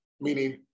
meaning